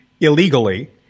illegally